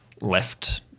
left